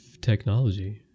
technology